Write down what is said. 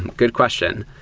good question.